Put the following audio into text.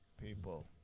People